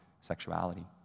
sexuality